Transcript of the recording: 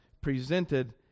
presented